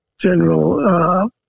General